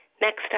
Next